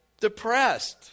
depressed